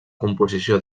composició